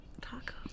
Taco